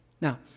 Now